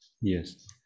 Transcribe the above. Yes